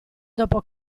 dopo